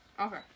Okay